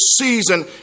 season